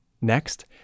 Next